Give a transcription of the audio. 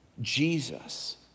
Jesus